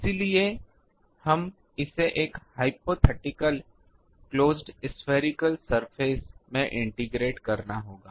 इसलिए हमें इसे एक ह्य्पोथेटिकल क्लोज्ड स्फेरिकल सरफेस में इंटेग्रेट करना होगा